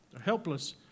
helpless